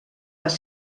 les